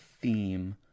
theme